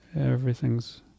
Everything's